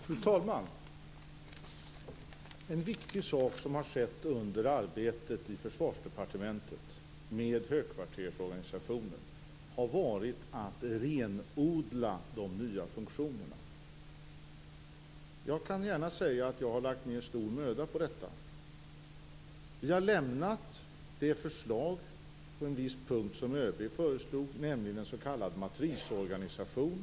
Fru talman! En viktig sak som har skett under arbetet i Försvarsdepartementet med högkvartersorganisationen har varit att renodla de nya funktionerna. Jag kan gärna säga att jag har lagt ned stor möda på detta. Regeringen har lämnat det förslag som ÖB föreslog på en viss punkt, nämligen en s.k. matrisorganisation.